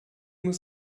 muss